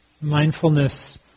Mindfulness